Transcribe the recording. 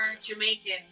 Jamaican